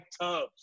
tubs